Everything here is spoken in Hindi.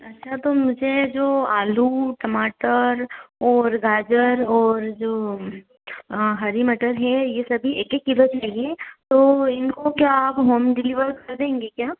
अच्छा तो मुझे जो आलू टमाटर ओर गाजर ओर जो हरी मटर है ये सभी एक एक किलो चाहिए तो इनको क्या आप होम डिलीवर कर देंगे क्या